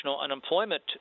unemployment